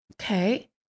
okay